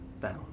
bound